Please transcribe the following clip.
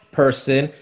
person